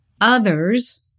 others